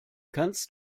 kannst